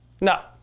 No